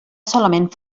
solament